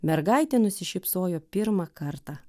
mergaitė nusišypsojo pirmą kartą